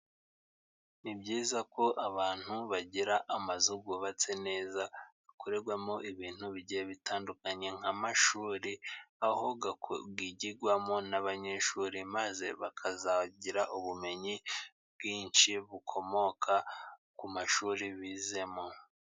Ni byiza ko abantu bagira amazu yubatse neza akorerwamo ibintu bigiye bitandukanye nk'amashuri, aho yigirwamo n'abanyeshuri maze bakazagira ubumenyi bwinshi bukomoka ku mashuri bizemo.